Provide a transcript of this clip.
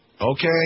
Okay